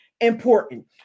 important